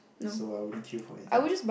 so I wouldn't queue for anything